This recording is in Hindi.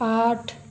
आठ